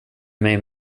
mig